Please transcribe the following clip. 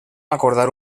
acordar